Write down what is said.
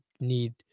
need